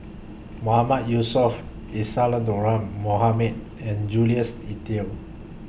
Mohamad Yusof Isadhora Mohamed and Jules Itier